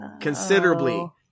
Considerably